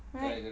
correct